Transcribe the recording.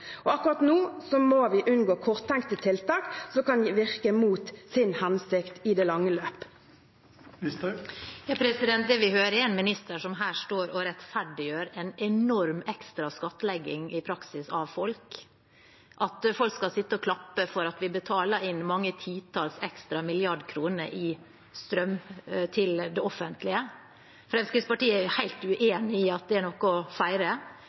Akkurat nå må vi unngå korttenkte tiltak som kan virke mot sin hensikt i det lange løp. Det vi hører, er en minister som står og rettferdiggjør noe som i praksis er en enorm ekstra skattlegging av folk, og at folk skal sitte og klappe for at vi betaler inn mange titalls ekstra milliarder kroner i strøm til det offentlige. Fremskrittspartiet er helt uenig i at det er noe å feire.